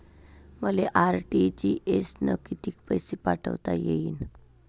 मले आर.टी.जी.एस न कितीक पैसे पाठवता येईन?